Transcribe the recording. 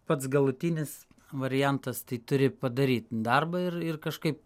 pats galutinis variantas tai turi padaryt darbą ir ir kažkaip